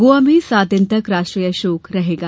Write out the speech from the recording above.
गोवा में सात दिन तक राष्ट्रीय शोक रहेगा